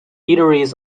eateries